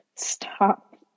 Stop